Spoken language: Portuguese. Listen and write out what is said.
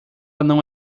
não